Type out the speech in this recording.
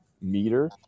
meter